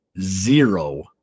zero